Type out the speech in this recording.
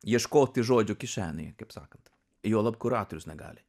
ieškoti žodžių kišenėje kaip sakant juolab kuratorius negali